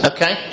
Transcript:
Okay